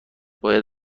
باید